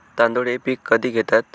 तांदूळ हे पीक कधी घेतात?